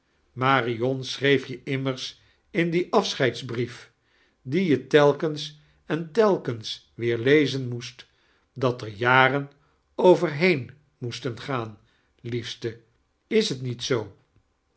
marion schreef je imrners in dien afscheidsbrief dien je telkens en telkens weer lezen nioest dat eir jaren overheen moesten gaan liefste is t niet zioo